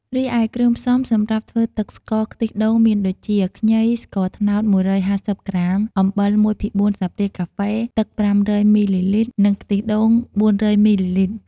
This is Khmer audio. រីឯគ្រឿងផ្សំំសម្រាប់ធ្វើទឹកស្ករខ្ទិះដូងមានដូចជា ខ្ញី ស្ករត្នោត ១៥០ក្រាម អំបិល ១ភាគ៤ ស្លាបព្រាកាហ្វេ ទឹក ៥០០ មីលីលីត្រ និងខ្ទិះដូង ៤០០ មីលីលីត្រ។